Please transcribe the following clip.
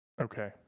Okay